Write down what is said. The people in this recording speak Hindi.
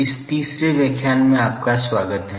इस तीसरे व्याख्यान में आपका स्वागत है